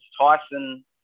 Tyson